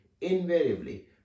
invariably